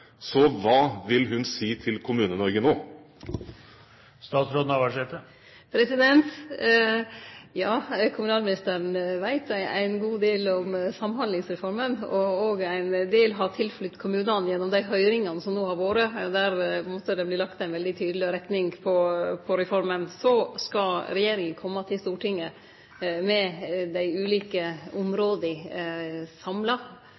vil hun si til Kommune-Norge nå? Ja, kommunalministeren veit ein god del om Samhandlingsreforma, og ein del har kommunane fått kjennskap til gjennom dei høyringane som no har vore, der det på ein måte vert lagt ei veldig tydeleg retning på reforma. Så skal regjeringa kome til Stortinget med dei ulike områda samla.